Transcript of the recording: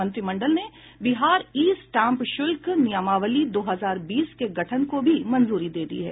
मंत्रिमंडल ने Bihar e stamp शुल्क नियमावली दो हजार बीस के गठन को भी मंजूरी दे दी है